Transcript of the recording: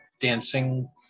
dancing